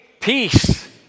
peace